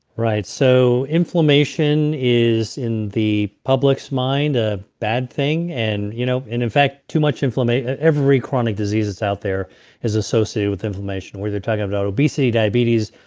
so inflammation is in the public's mind a bad thing. and you know in in fact, too much inflammation. every chronic disease that's out there is associated with inflammation, whether you're talking about obesity, diabetes,